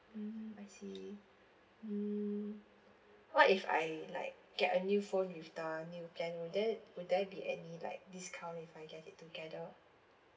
mmhmm I see mm what if I like get a new phone with the new plan would there would there be any like discount if I get it together